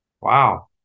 Wow